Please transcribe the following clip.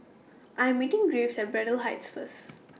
I'm meeting Graves At Braddell Heights First